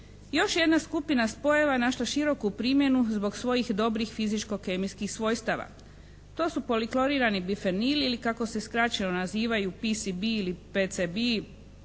Još je jedna skupina spojeva našla široku primjenu zbog svojih dobrih fizičko-kemijskih svojstava. To su polikloriani bifenili ili kako se skraćeno nazivaju PCB ili PCB.